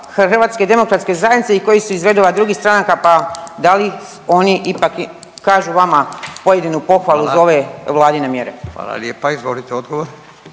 Hrvatske demokratske zajednice i koji su iz redova drugih stranaka, pa da li oni ipak kažu vama pojedinu pohvalu za ove vladine mjere? **Radin, Furio